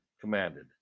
commanded